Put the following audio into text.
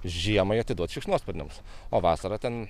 žiemai atiduot šikšnosparniams o vasarą ten